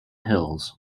hills